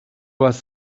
was